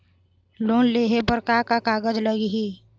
Loan लेहे बर का का कागज लगही?